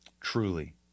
truly